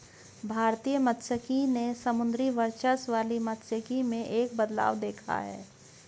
भारतीय मात्स्यिकी ने समुद्री वर्चस्व वाली मात्स्यिकी में एक बदलाव देखा है